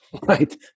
right